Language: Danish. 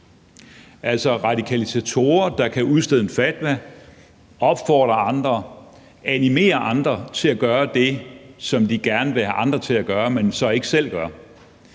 altså radikalisatorer, der kan udstede en fatwa, opfordre og animere andre til at gøre det, som de gerne vil have andre til at gøre, men som de ikke selv gør.